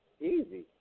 Easy